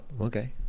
okay